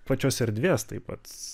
pačios erdvės tai pat